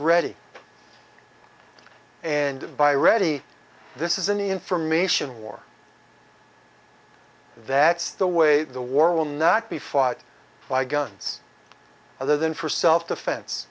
ready and buy ready this is an information war that's the way the war will not be fought by guns other than for self defen